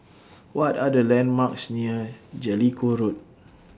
What Are The landmarks near Jellicoe Road